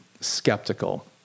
skeptical